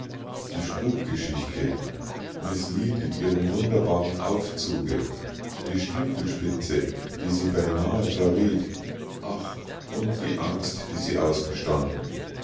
die spukgeschichte miß lead in ihrem wunderbaren aufzuge die stiefelspitze die sie beinahe verriet ach und die angst die sie ausgestanden